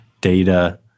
data